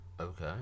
Okay